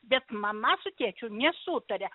bet mama su tėčiu nesutaria